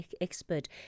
expert